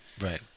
Right